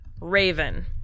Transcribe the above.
Raven